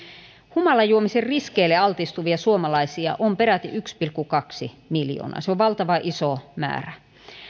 humalajuomisen riskeille altistuvia suomalaisia on peräti yksi pilkku kaksi miljoonaa se on valtavan iso määrä